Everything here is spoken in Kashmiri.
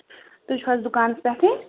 تُہۍ چھِو حظ دُکانَس پٮ۪ٹھٕے